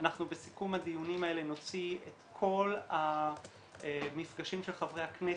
אנחנו בסיכום הדיונים האלה נוציא את כל המפגשים של חברי הכנסת,